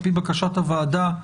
על פי בקשת הוועדה,